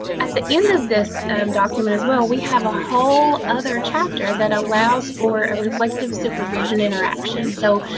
at the end of this document, as well, we have a whole other chapter that allows for a reflective supervision interaction. so,